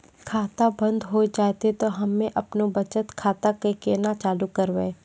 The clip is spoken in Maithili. खाता बंद हो जैतै तऽ हम्मे आपनौ बचत खाता कऽ केना चालू करवै?